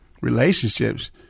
relationships